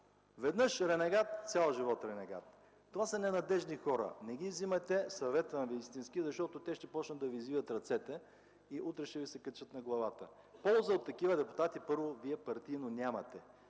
веднъж ренегат, цял живот ренегат. Това са ненадеждни хора. Не ги взимайте, съветвам Ви истински! Защото те ще започнат да Ви извиват ръцете и утре ще Ви се качат на главата. Полза от такива депутати, първо, Вие партийно нямате.